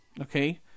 okay